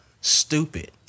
stupid